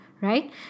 right